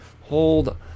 Hold